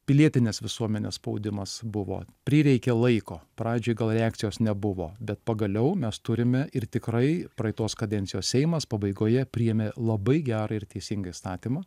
pilietinės visuomenės spaudimas buvo prireikė laiko pradžioj gal reakcijos nebuvo bet pagaliau mes turime ir tikrai praeitos kadencijos seimas pabaigoje priėmė labai gerą ir teisingą įstatymą